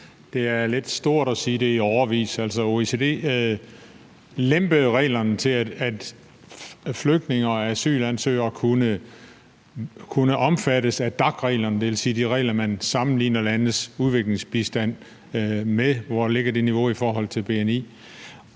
Det er lidt stort at sige, at det er »i årevis«. Altså, OECD lempede reglerne, for at flygtninge og asylansøgere kunne omfattes af DAC-reglerne, det vil sige de regler, man sammenligner landes udviklingsbistand med: Hvor ligget det niveau i forhold til bni?